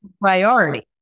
priority